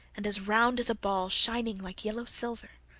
and as round as a ball, shining like yellow silver.